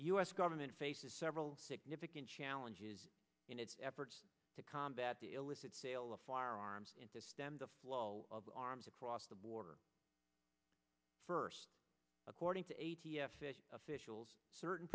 the us government faces several significant challenges in its efforts to combat the illicit sale of firearms into stem the flow of arms across the border first according to a t f officials certain